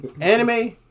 Anime